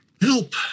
help